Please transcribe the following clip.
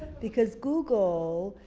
because google,